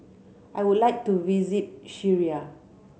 I would like to visit Syria